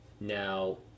now